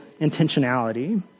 intentionality